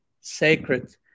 sacred